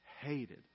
Hated